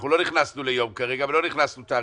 אנחנו לא נכנסנו למועד כרגע ולא הכנסנו תאריך.